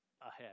ahead